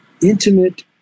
intimate